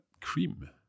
cream